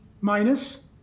minus